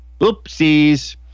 Oopsies